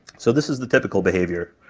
so this is the typical behavior.